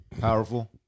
powerful